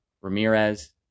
Ramirez